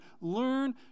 Learn